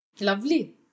Lovely